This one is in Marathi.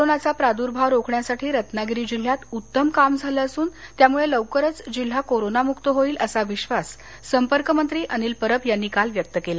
कोरोनाचा प्रादुर्भाव रोखण्यासाठी रत्नागिरी जिल्ह्यात उत्तम काम झालं असून त्यामुळे लवकरच जिल्हा कोरोनामक्त होईल असा विधास संपर्कमंत्री अनिल परब यांनी काल व्यक्त केला